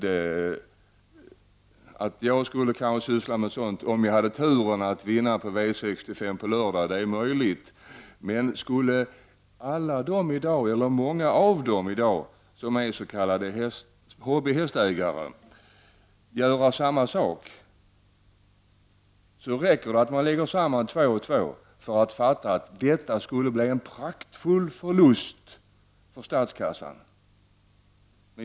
Det är möjligt att jag skulle kunna syssla med något sådant om jag har tur att vinna på V65 på lördag. Om alla, eller många, som i dag är s.k. hobbyhästägare skulle göra samma sak, räcker det att man lägger ihop två och två för att förstå att det skulle leda till en kraftig förlust för statskassan.